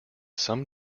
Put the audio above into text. some